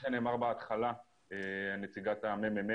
כפי שנאמר בהתחלה על ידי נציגת מרכז המחקר והמידע,